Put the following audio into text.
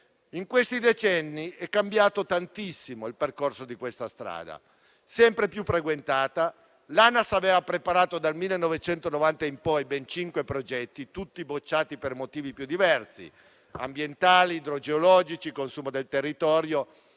In questi decenni è cambiato tantissimo il percorso di questa strada, che è sempre più frequentata. L'Anas aveva preparato, dal 1990 in poi, ben cinque progetti, tutti bocciati per i motivi più diversi: ambientali, idrogeologici, consumo del territorio